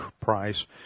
price